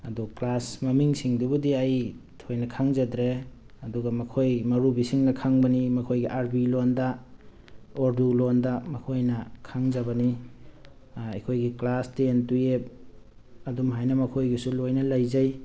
ꯑꯗꯣ ꯀ꯭ꯂꯥꯁ ꯃꯃꯤꯡ ꯁꯤꯡꯗꯨꯕꯨꯗꯤ ꯑꯩ ꯊꯣꯏꯅ ꯈꯪꯖꯗ꯭ꯔꯦ ꯑꯗꯨꯒ ꯃꯈꯣꯏ ꯃꯧꯔꯨꯕꯤꯁꯤꯡꯅ ꯈꯪꯕꯅꯤ ꯃꯈꯣꯏꯒꯤ ꯑꯥꯔꯕꯤ ꯂꯣꯟꯗ ꯎꯔꯗꯨ ꯂꯣꯟꯗ ꯃꯈꯣꯏꯅ ꯈꯪꯖꯕꯅꯤ ꯑꯩꯈꯣꯏꯒꯤ ꯀ꯭ꯂꯥꯁ ꯇꯦꯟ ꯇꯨꯌꯦꯜꯄ ꯑꯗꯨꯝ ꯍꯥꯏꯅ ꯃꯈꯣꯏꯒꯤꯁꯨ ꯂꯣꯏꯅ ꯂꯩꯖꯩ